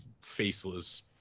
faceless